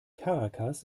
caracas